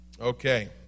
Okay